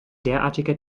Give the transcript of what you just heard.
derartiger